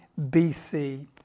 BC